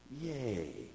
Yay